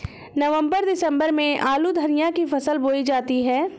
नवम्बर दिसम्बर में आलू धनिया की फसल बोई जाती है?